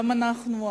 גם אנחנו,